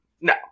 No